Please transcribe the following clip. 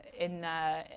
in